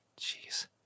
Jeez